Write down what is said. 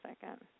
second